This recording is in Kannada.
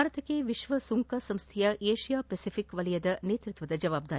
ಭಾರತಕ್ಕೆ ವಿಶ್ವ ಸುಂಕ ಸಂಸ್ಥೆಯ ಏಷ್ಲಾ ಫೆಸಿಫಿಕ್ ವಲಯದ ನೇತೃತ್ವದ ಜವಾಬ್ದಾರಿ